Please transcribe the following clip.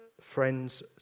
friends